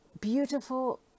beautiful